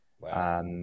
Wow